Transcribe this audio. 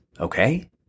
okay